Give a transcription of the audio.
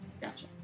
Gotcha